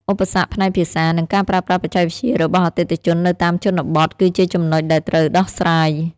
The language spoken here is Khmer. ឧបសគ្គផ្នែកភាសា និងការប្រើប្រាស់បច្ចេកវិទ្យារបស់អតិថិជននៅតាមជនបទគឺជាចំណុចដែលត្រូវដោះស្រាយ។